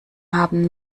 haben